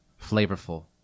flavorful